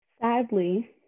Sadly